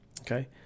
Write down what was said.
Okay